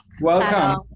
Welcome